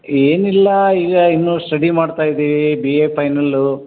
ಏನಿಲ್ಲ ಈಗ ಇನ್ನು ಸ್ಟಡಿ ಮಾಡ್ತಾ ಇದ್ದೀವಿ ಬಿ ಎ ಪೈನಲ್ಲು